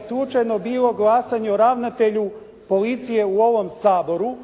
slučajno bilo glasanje o ravnatelju policije u ovom Saboru,